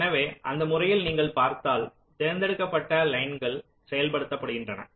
எனவே அந்த முறையில் நீங்கள் பார்த்தால் தேர்ந்தெடுக்கப்பட்ட லைன்கள் செயல்படுத்தப்படுகின்றன